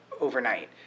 overnight